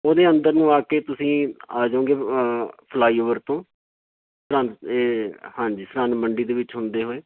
ਉਹਦੇ ਅੰਦਰ ਨੂੰ ਆ ਕੇ ਤੁਸੀਂ ਆ ਜਾਓਗੇ ਫਲਾਈਓਵਰ ਤੋਂ ਹਾਂਜੀ ਸਰਹੰਦ ਮੰਡੀ ਦੇ ਵਿੱਚ ਹੁੰਦੇ ਹੋਏ